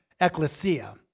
Ecclesia